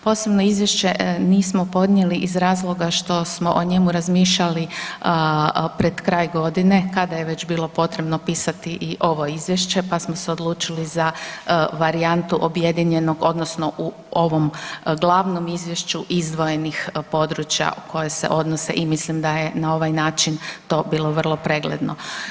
Posebno izvješće nismo podnijeli iz razloga što smo o njemu razmišljali pred kraj godine kada je već bilo potrebno pisati i ovo izvješće pa smo se odlučili za varijantu objedinjenog odnosno u ovom glavnom izvješću izdvojenih područja koje se odnose i mislim da je na ovaj način to bilo vrlo pregledno.